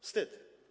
Wstyd!